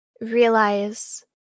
realize